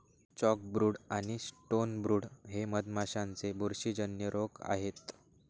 chalkbrood आणि stonebrood हे मधमाशांचे बुरशीजन्य रोग आहेत